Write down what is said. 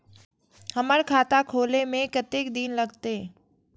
हमर खाता खोले में कतेक दिन लगते?